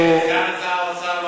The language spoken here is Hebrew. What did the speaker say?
שר האוצר לא